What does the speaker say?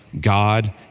God